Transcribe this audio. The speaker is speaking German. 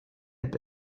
app